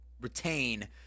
retain